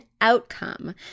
outcome